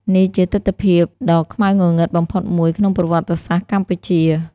នេះជាទិដ្ឋភាពដ៏ខ្មៅងងឹតបំផុតមួយក្នុងប្រវត្តិសាស្ត្រកម្ពុជា។